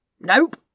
Nope